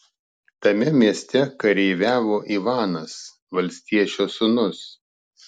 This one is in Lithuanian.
tame mieste kareiviavo ivanas valstiečio sūnus